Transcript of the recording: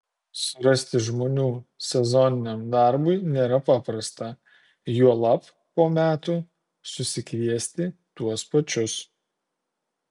surasti žmonių sezoniniam darbui nėra paprasta juolab po metų susikviesti tuos pačius